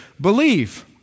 believe